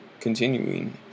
continuing